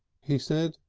he said.